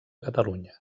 catalunya